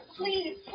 Please